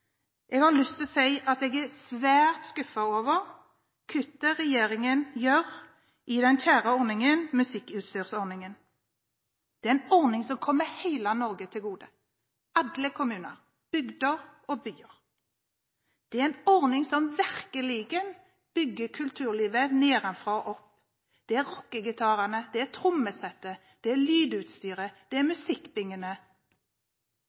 Jeg har lyst til å si at jeg er svært skuffet over kuttet regjeringen gjør i den kjære Musikkutstyrsordningen. Det er en ordning som kommer hele Norge til gode – alle kommuner, bygder og byer. Det er en ordning som virkelig bygger kulturlivet nedenfra og opp. Det er rockegitarene, det er trommesettet, det er lydutstyret, det er